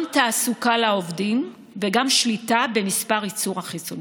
גם תעסוקה לעובדים וגם שליטה במספר החיסונים.